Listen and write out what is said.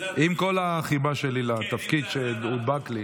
עם כל החיבה שלי לתפקיד שהודבק לי.